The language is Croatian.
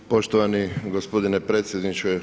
Poštovani gospodine predsjedniče.